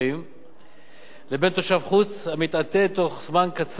לבין תושב חוץ המתעתד בתוך זמן קצר לעלות לארץ ולהפוך